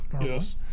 Yes